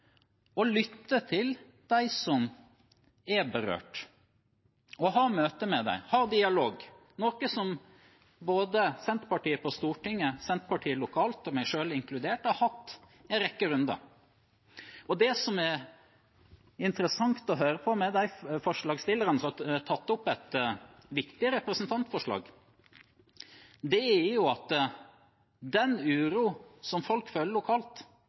å lytte til dem som er berørt, ha møter med dem og ha dialog, noe både Senterpartiet på Stortinget, Senterpartiet lokalt og meg selv inkludert har hatt i en rekke runder. Det som er interessant å høre på fra forslagsstillerne, som har tatt opp et viktig representantforslag, er at den uroen som folk føler lokalt,